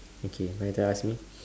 okay now your turn ask me